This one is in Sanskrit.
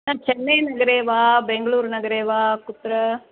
न चेन्नैनगरे वा बेङ्ग्लूर्नगरे वा कुत्र